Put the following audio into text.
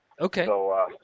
Okay